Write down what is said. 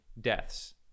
deaths